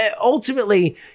Ultimately